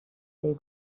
they